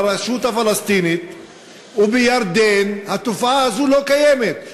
ברשות הפלסטינית ובירדן התופעה הזאת לא קיימת.